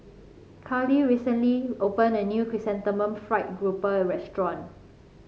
Khalil recently opened a new Chrysanthemum Fried Grouper restaurant